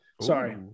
Sorry